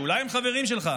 שאולי הם חברים שלך,